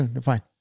Fine